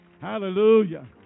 Hallelujah